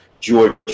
George